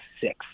six